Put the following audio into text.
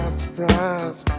surprise